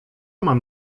mam